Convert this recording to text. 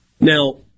Now